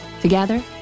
Together